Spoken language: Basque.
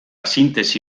sintesi